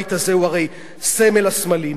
הבית הזה הוא הרי סמל הסמלים,